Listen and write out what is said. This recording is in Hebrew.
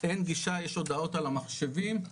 אין גישה, יש הודעות על המחשבים.